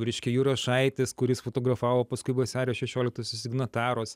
reiškia jurašaitis kuris fotografavo paskui vasario šešioliktosios signatarus